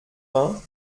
vingt